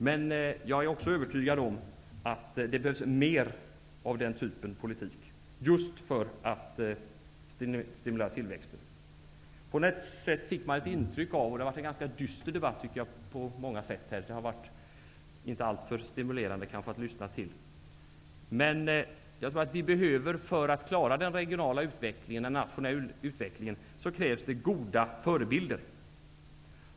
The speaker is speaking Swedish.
Men jag är övertygad om att det behövs mer av den sortens politik just för att stimulera tillväxten. Debatten här har på många sätt varit dyster. Den har inte varit alltför stimulerande att lyssna till. Men för att klara den regionala utvecklingen och en nationell utveckling krävs det goda förebilder.